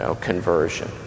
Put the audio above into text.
conversion